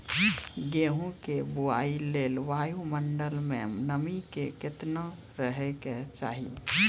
गेहूँ के बुआई लेल वायु मंडल मे नमी केतना रहे के चाहि?